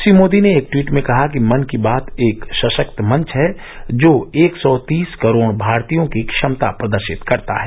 श्री मोदी ने एक ट्वीट में कहा कि मन की बात एक सशक्त मंच है जो एक सौ तीस करोड़ भारतीयों की क्षमता प्रदर्शित करता है